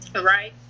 right